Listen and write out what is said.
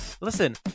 listen